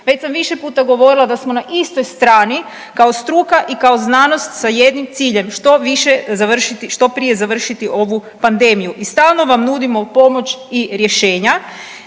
Već sam više puta govorila da smo na istoj strani kao struka i kao znanost sa jednim ciljem, što prije završiti ovu pandemiju i stalno vam nudimo pomoć i rješenja,